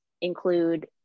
include